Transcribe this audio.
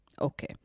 Okay